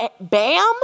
Bam